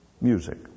music